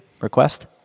request